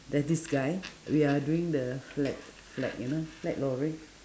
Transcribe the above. there's this guy we are doing the flag flag you know flag lowering